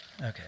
Okay